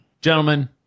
Gentlemen